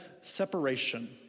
separation